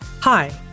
Hi